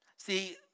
See